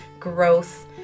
Growth